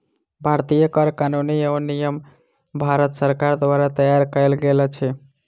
भारतीय कर कानून एवं नियम भारत सरकार द्वारा तैयार कयल गेल अछि